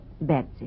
Betsy